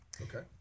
Okay